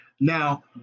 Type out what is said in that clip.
Now